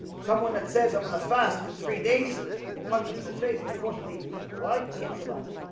someone that says i'm going to fast for three days they punch him in the face and they force indeed why you can't survive